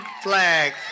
flag